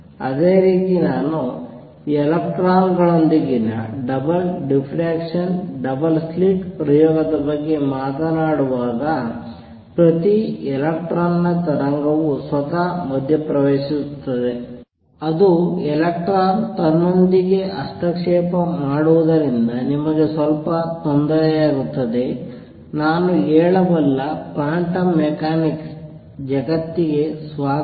ಅದೇ ರೀತಿ ನಾನು ಎಲೆಕ್ಟ್ರಾನ್ಗಳೊಂದಿಗಿನ ಡಬಲ್ ಡಿಫ್ರಾಕ್ಷನ್ ಡಬಲ್ ಸ್ಲಿಟ್ ಪ್ರಯೋಗದ ಬಗ್ಗೆ ಮಾತನಾಡುವಾಗ ಪ್ರತಿ ಎಲೆಕ್ಟ್ರಾನ್ ತರಂಗವು ಸ್ವತಃ ಮಧ್ಯಪ್ರವೇಶಿಸುತ್ತದೆ ಅದು ಎಲೆಕ್ಟ್ರಾನ್ ತನ್ನೊಂದಿಗೆ ಹಸ್ತಕ್ಷೇಪ ಮಾಡುವುದರಿಂದ ನಿಮಗೆ ಸ್ವಲ್ಪ ತೊಂದರೆಯಾಗುತ್ತದೆ ನಾನು ಹೇಳಬಲ್ಲ ಕ್ವಾಂಟಮ್ ಮೆಕ್ಯಾನಿಕ್ಸ್ ಜಗತ್ತಿಗೆ ಸ್ವಾಗತ